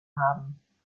haben